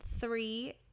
three